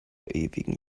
ewigen